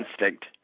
instinct